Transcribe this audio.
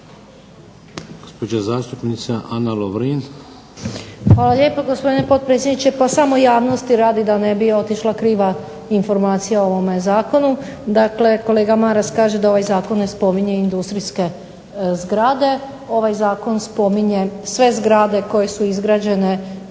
Hvala lijepo gospodine potpredsjedniče. Pa samo javnosti radi da ne bi otišla kriva informacija o ovome zakonu. Dakle, kolega Maras kaže da ovaj Zakon ne spominje industrijske zgrade. Ovaj zakon spominje sve zgrade koje su izgrađene